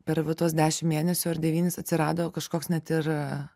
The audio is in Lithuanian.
per va tuos dešimt mėnesių ar devynis atsirado kažkoks net ir